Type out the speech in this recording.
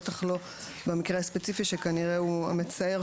בטח לא במקרה הספציפי שכנראה הוא מצער